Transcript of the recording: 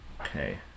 Okay